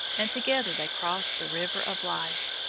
and together they crossed the river of life.